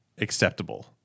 acceptable